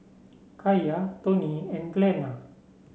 Kaia Toni and Glenna